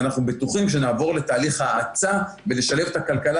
ואנחנו בטוחים שנעבור לתהליך האצה ולשלב את הכלכלה